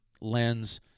lens